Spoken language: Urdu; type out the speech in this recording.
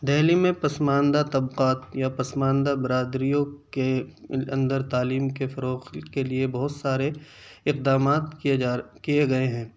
دہلی میں پسماندہ طبقات یا پسماندہ برادریوں کے اندر تعلیم کے فروغ کے لیے بہت سارے اقدامات کیے جا کیے گئے ہیں